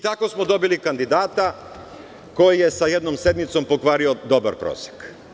Tako smo dobili kandidata koji je sa jednom sedmicom pokvario dobar prosek.